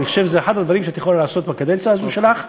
אני חושב שזה אחד הדברים שאת יכולה לעשות בקדנציה הזאת שלך,